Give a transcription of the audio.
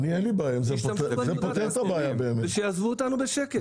שישתמשו באינפורמציה ושיעזבו אותנו בשקט.